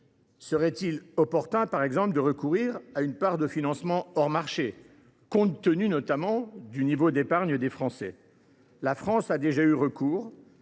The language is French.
serait il pas opportun de recourir à une part de financement hors marché, compte tenu notamment du niveau d’épargne des Français ? La France a déjà eu recours